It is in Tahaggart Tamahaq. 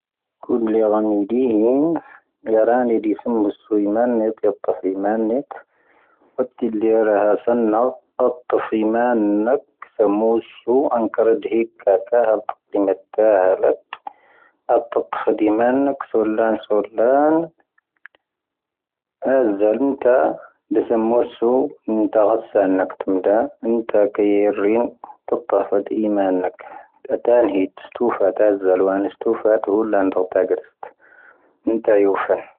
ⴽⵓⵏ ⵍⵉ ⵡⴰⵎⴻⴻⴷⵉⵀⵉⵏ ⵢⴰⵔⴰⵏⵉⴷⵉ ⵙⵓⵎⵓⵙⵓ ⵉⵎⴰⵏⵏⴻⵜ ⵢⴰⵜⵜⴰⴼ ⵉⵎⴰⵏⵏⴻⵜ. ⵡⴰⴷ ⴷⵉⴷ ⵍⵉ ⵔⴰⵀⴰⵙⴰⵏⵏⴰ, ⴰⵜⵜⴰⴼ ⵉⵎⴰⵏⵏⴻⵜ, ⵙⴰⵎⵓⵙⵓ ⴰⵏⴽⵔⴻⴷⵀⵉⴽ ⴽⴰⴽⴰ ⴰⵍ-ⵜⵉⴽⵍⵉⵎⴻⵜ ⵜⴰⵀⴰ ⴰⵍⴰⵜ. ⴰⵜⵜⴰⴼ ⵉⵎⴰⵏⵏⴻⵜ, ⵙoⵍⴰⵏ ⵙoⵍⴰⵏ. ⴰⵣⵣⴰ ⵍⵉⵏⵜⴰⴰ, ⴷⴻⵙⴻⵎⵓⵙⵓ ⵏⵉⵏⵜⴰⴰ ⵇⴰⵙⴰⵏⴰ ⵏⴰⴽⵜⵉⵎⴷⴰ, ⵏⵉⵏⵜⴰⴰ ⴽⴰⵢⵉⵔⵉⵏ, ⵜⴰⵜⵜⴰⴼ ⴰⴷ ⵉⵎⴰⵏⵏⴻⵜ. ⴰⵜⴰⵏ ⵀⵉⵜ, ⵙⵜⵓⴼⴰ ⴰⵜ ⴰⵣⵣⴰ ⵍⵡⴰⵏ, ⵙⵜⵓⴼⴰ ⴰⵜ ⵀⵓⵍⵍⴰⵏ, ⴷoⵜⴰⴳⵔⴻⵙⵜ. ⵉⵏⵜⴰⴰ ⵢoⴼⴰⵏ.